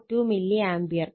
42 milli ampere